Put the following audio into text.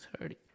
thirty